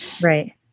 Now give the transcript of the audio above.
Right